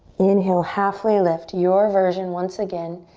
inhale, halfway lift, your version once again.